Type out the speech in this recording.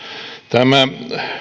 tämä